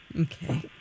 Okay